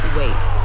wait